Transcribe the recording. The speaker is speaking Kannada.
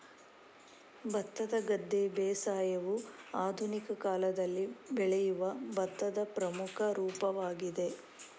ಭತ್ತದ ಗದ್ದೆ ಬೇಸಾಯವು ಆಧುನಿಕ ಕಾಲದಲ್ಲಿ ಬೆಳೆಯುವ ಭತ್ತದ ಪ್ರಮುಖ ರೂಪವಾಗಿದೆ